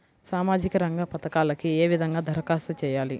సామాజిక రంగ పథకాలకీ ఏ విధంగా ధరఖాస్తు చేయాలి?